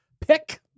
pick